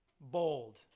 bold